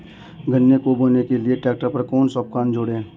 गन्ने को बोने के लिये ट्रैक्टर पर कौन सा उपकरण जोड़ें?